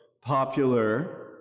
popular